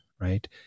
right